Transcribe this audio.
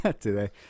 today